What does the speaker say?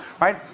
right